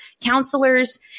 counselors